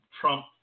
Trump